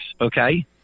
Okay